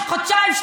חודשיים,